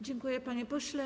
Dziękuję, panie pośle.